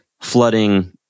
flooding